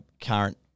current